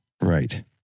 right